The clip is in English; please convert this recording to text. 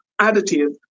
additive